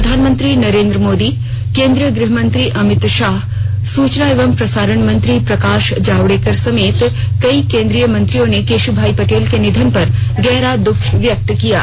प्रधानमंत्री नरेन्द्र मोदी केन्द्रीय गृह मंत्री अमित शाह सूचना एवं प्रसारण मंत्री प्रकाश जावेड़कर समेत कई कोन्द्रीय मंत्रियों ने कोशभाई पटेल के निधन पर गहरा द्ख व्यक्त किया है